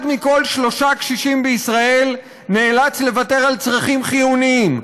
אחד מתוך שלושה קשישים בישראל נאלץ לוותר על צרכים חיוניים,